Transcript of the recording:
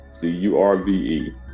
C-U-R-V-E